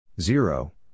Zero